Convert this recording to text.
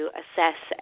assess